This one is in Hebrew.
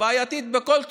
בעייתית בכל תחום: